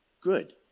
good